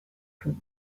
could